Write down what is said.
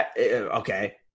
Okay